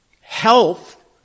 health